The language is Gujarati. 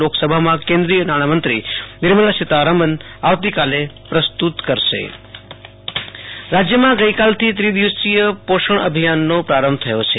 લોકસભામાં કેન્દ્રીય નાણામંત્રી નિર્મલા સીતારામન આવતીકાલે પ્રસ્તુ કરશે આશુ તોષ અંતાણી રાજય પોષણ અભિયાનનો પ્રારંભ રાજ્યમાં ગઈકાલથી ત્રિદિવસીય પોષણ અભિયાનનો પ્રારંભ થયો છે